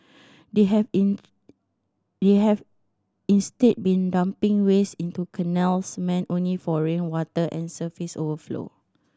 they have in they have instead been dumping waste into canals meant only for rainwater and surface overflow